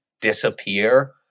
disappear